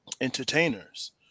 entertainers